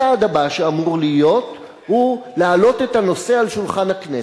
הצעד הבא שאמור להיות הוא להעלות את הנושא על שולחן הכנסת.